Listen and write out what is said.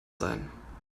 sein